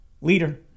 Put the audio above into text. Leader